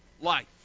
life